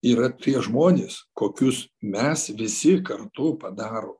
yra tie žmonės kokius mes visi kartu padaro